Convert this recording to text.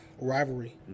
rivalry